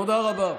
תודה רבה.